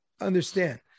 Understand